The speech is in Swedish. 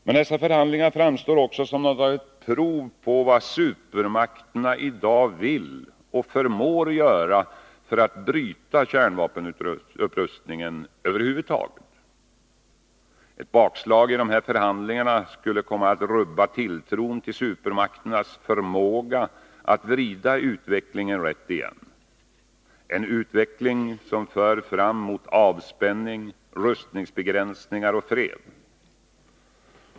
Men dessa förhandlingar framstår också som något av ett prov på vad supermakterna i dag vill och förmår göra för att bryta kärnvapenupprustningen över huvud taget. Ett bakslag i dessa förhandlingar skulle komma att rubba tilltron till supermakternas förmåga att vrida utvecklingen rätt igen — en utveckling som för fram mot avspänning, rustningsbegränsningar och fred.